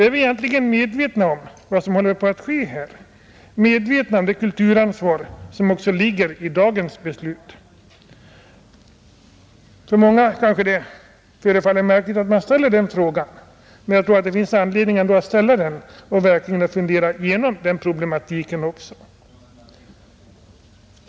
Är vi egentligen medvetna om vad som håller på att ske här — medvetna om det kulturansvar som också ligger i dagens beslut? För många kanske det förefaller märkligt att man ställer den frågan, men jag tror ändå det finns anledning att ställa den och verkligen fundera igenom problematiken också.